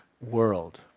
world